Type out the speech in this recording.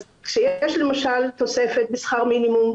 אז כשיש למשל תוספת בשכר מינימום,